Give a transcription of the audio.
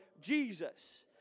Jesus